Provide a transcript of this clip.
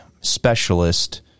specialist